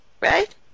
right